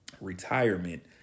retirement